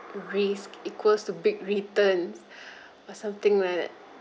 risk equals to big returns or something like that